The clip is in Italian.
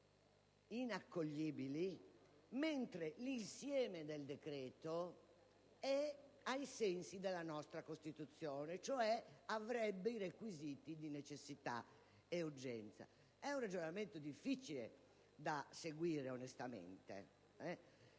inaccoglibili, mentre l'insieme del decreto-legge è ai sensi della nostra Costituzione, cioè avrebbe i requisiti di necessità e urgenza. È un ragionamento onestamente